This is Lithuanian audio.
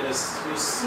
nes jūs